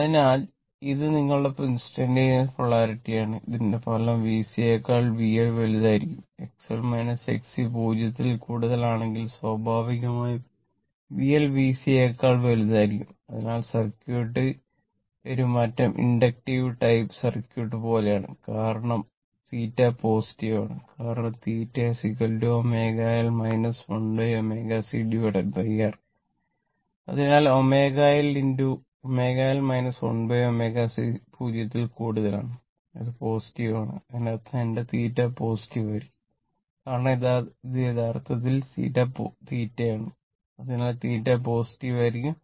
അതിനാൽ ω L 0 ൽ കൂടുതലാണ് അത് പോസിറ്റീവ് ആണ് അതിനർത്ഥം എന്റെ θ പോസിറ്റീവ് ആയിരിക്കും കാരണം ഇത് യഥാർത്ഥത്തിൽ θ ആണ് അതിനാൽ θ പോസിറ്റീവ് ആയിരിക്കും